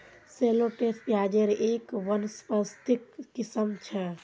shallots प्याज़ेर एक वानस्पतिक किस्म छ